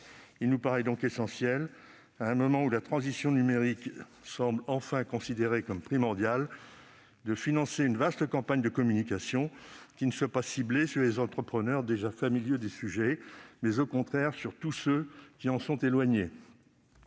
Il nous paraît essentiel, à un moment où la transition numérique semble enfin considérée comme primordiale, de financer une vaste campagne de communication qui ne soit pas ciblée sur les entrepreneurs déjà familiers du sujet, mais au contraire sur tous ceux qui en sont éloignés.